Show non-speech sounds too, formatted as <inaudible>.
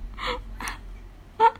<laughs>